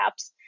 apps